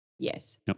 Yes